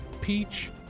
peach